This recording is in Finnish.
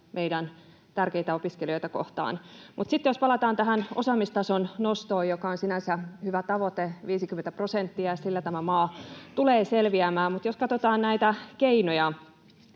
meidän tärkeitä opiskelijoita kohtaan. Mutta jos sitten palataan tähän osaamistason nostoon — joka on sinänsä hyvä tavoite, 50 prosenttia, sillä tämä maa tulee selviämään — ja katsotaan näitä keinoja.